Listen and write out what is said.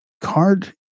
card